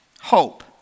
hope